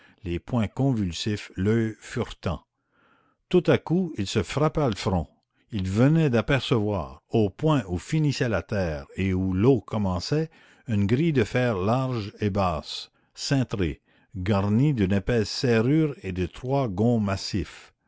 les poings convulsifs l'oeil furetant tout à coup il se frappa le front il venait d'apercevoir au point où finissait la terre et où l'eau commençait une grille de fer large et basse cintrée garnie d'une épaisse serrure et de trois gonds massifs